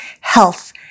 health